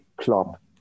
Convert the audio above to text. Klopp